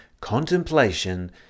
contemplation